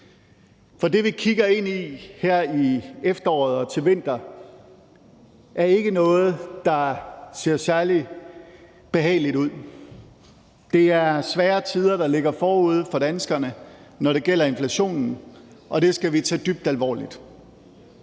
For det, vi kigger ind i her i efteråret og til vinter, er ikke noget, der ser særlig behageligt ud. Det er svære tider, der ligger forude for danskerne, når det gælder inflationen, og det skal vi tage dybt alvorligt.